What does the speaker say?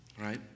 right